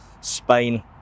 Spain